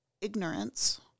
ignorance